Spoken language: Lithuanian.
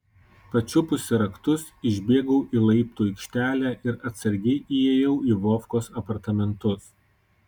pačiupusi raktus išbėgau į laiptų aikštelę ir atsargiai įėjau į vovkos apartamentus